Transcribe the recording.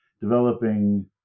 developing